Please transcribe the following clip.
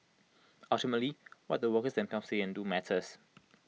ultimately what the workers themselves say and do matters